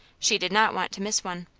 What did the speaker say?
she did not want to miss one.